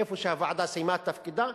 איפה שהוועדה סיימה את תפקידה,